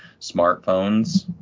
smartphones